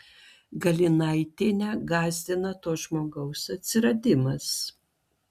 galinaitienę gąsdina to žmogaus atsiradimas